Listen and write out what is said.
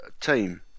team